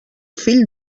fill